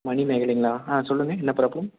மணிமேகலைங்களா ஆ சொல்லுங்க என்ன ப்ராப்லம்